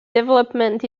development